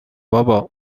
بابا